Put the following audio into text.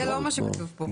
זה לא מה שכתוב כאן.